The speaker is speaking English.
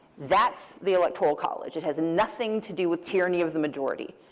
that's the electoral college. it has nothing to do with tyranny of the majority.